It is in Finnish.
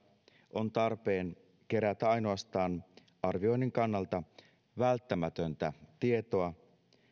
on tarpeen kerätä ainoastaan arvioinnin kannalta välttämätöntä tietoa